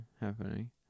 happening